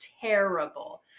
terrible